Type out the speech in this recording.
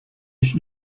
ich